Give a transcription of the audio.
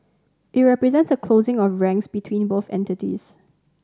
it represents a closing of ranks between both entities